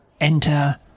Enter